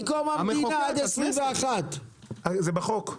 מקום המדינה עד 21'. זה בחוק?